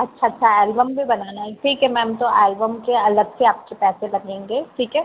अच्छा अच्छा एलबम भी बनाना है ठीक है मैम तो एलबम के अलग से आपके पैसे लगेंगे ठीक है